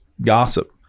gossip